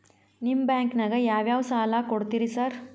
ನಿಮ್ಮ ಬ್ಯಾಂಕಿನಾಗ ಯಾವ್ಯಾವ ಸಾಲ ಕೊಡ್ತೇರಿ ಸಾರ್?